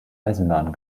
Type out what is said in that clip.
eisenbahn